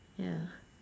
ya